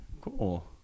Cool